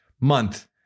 month